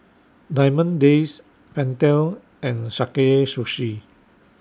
Diamond Days Pentel and Sakae Sushi